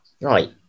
Right